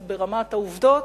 אז ברמת העובדות,